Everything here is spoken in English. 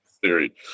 theory